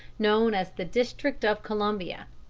known as the district of columbia.